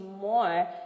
more